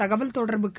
தகவல் தொடர்புக்கு